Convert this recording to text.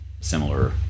similar